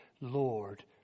Lord